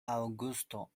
aŭgusto